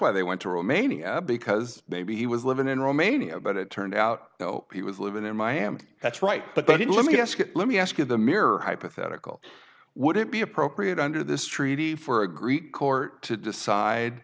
why they went to romania because maybe he was living in romania but it turned out though he was living in miami that's right but he let me ask let me ask you the mirror hypothetical would it be appropriate under this treaty for a greek court to decide